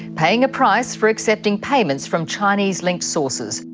paying a price for accepting payments from chinese linked sources.